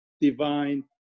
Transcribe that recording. divine